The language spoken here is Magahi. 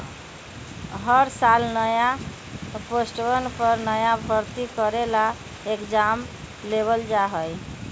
हर साल नया पोस्टवन पर नया भर्ती करे ला एग्जाम लेबल जा हई